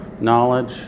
knowledge